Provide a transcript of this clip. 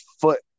foot